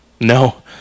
No